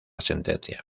sentencia